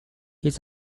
his